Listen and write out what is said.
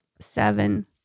seven